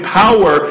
power